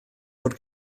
fod